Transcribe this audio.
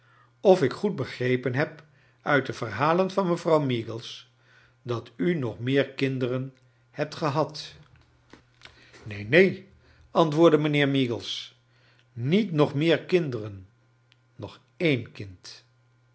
of ik goed begrepen heb uit de verhalen van mevrouw meagles dat u nog meer kinderen hebt gehad neen neen antwoordde mijnheer meagles niet nog meer kinderen nog een kind